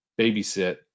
babysit